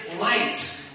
light